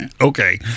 Okay